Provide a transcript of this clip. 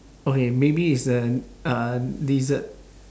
okay maybe is a uh dessert